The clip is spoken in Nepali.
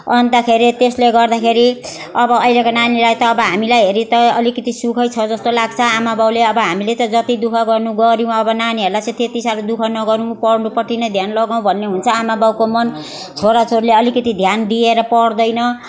अन्तखेरि त्यसले गर्दाखेरि अब अहिलेको नानीलाई त अब हामीलाई हेरी त अलिकति सुख छ जस्तो लाग्छ आमा बाउले अब हामीले त जति दुःख गर्नु गर्यौँ अब नानीहरूलाई चाहिँ त्यति साह्रो दुःख नगराऊँ पढ्नुपट्टि नै ध्यान लगाऊँ भन्ने हुन्छ आमा बाउको मन छोरा छोरीले अलिकति ध्यान दिएर पढ्दैन